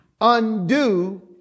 undo